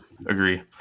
Agree